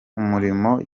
umurimo